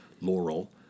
Laurel